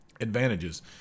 Advantages